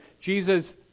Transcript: Jesus